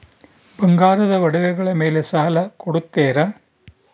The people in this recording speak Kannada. ಬಂಗಾರದ ಒಡವೆಗಳ ಮೇಲೆ ಸಾಲ ಕೊಡುತ್ತೇರಾ?